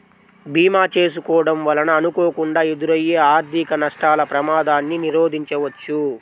భీమా చేసుకోడం వలన అనుకోకుండా ఎదురయ్యే ఆర్థిక నష్టాల ప్రమాదాన్ని నిరోధించవచ్చు